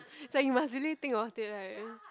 like you must really think about it right